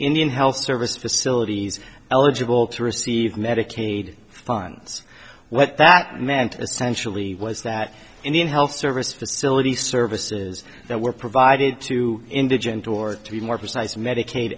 indian health service facilities eligible to receive medicaid funds what that meant essentially was that indian health service facility services that were provided to indigent or to be more precise medica